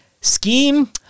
Scheme